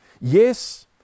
Yes